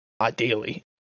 ideally